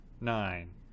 nine